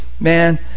man